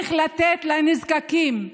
צריך לתת לנזקקים.